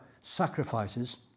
sacrifices